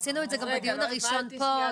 עשינו את זה גם בדיון הראשון פה,